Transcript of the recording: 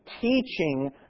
teaching